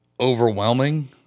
overwhelming